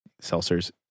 Seltzer's